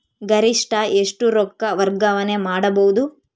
ಗರಿಷ್ಠ ಎಷ್ಟು ರೊಕ್ಕ ವರ್ಗಾವಣೆ ಮಾಡಬಹುದು?